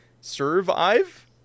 survive